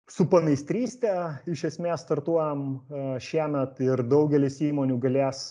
su pameistryste iš esmės startuojam a šiemet ir daugelis įmonių galės